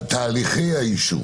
וזה תהליכי האישור.